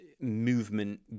movement